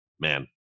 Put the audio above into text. man